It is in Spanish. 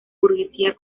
burguesía